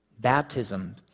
Baptism